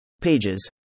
Pages